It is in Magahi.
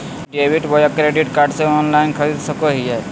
ई डेबिट बोया क्रेडिट कार्ड से ऑनलाइन खरीद सको हिए?